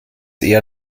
eher